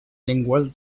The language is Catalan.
llengües